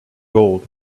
gold